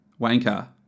Wanker